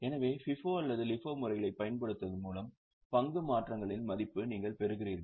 எனவே FIFO அல்லது LIFO முறைகளைப் பயன்படுத்துவதன் மூலம் பங்கு மாற்றங்களின் மதிப்பு நீங்கள் பெறுகிறீர்கள்